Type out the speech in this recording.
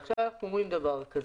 עכשיו אנחנו אומרים דבר כזה: